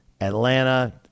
Atlanta